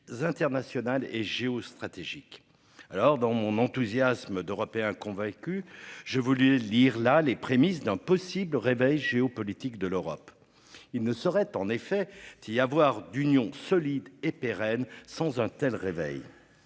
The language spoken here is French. internationales et géostratégique alors dans mon enthousiasme d'Européen convaincu, je voulais lire là les prémices d'un possible réveil géopolitique de l'Europe. Il ne saurait en effet y avoir d'union solide et pérenne. Sans un tel réveille.